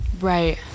right